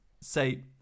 say